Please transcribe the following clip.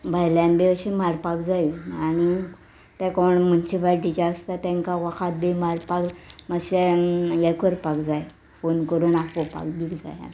भायल्यान बी अशें मारपाक जायी आनी तें कोण मुन्सिपाल्टीचें आसता तांकां वखद बी मारपाक मातशें हें करपाक जाय फोन करून आपोवपाक बी जाय